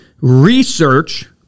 research